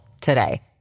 today